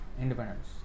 independence